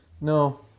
No